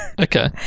Okay